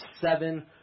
seven